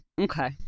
Okay